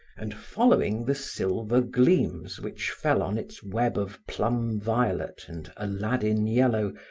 and following the silver gleams which fell on its web of plum violet and alladin yellow,